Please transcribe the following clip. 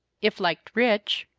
if liked rich,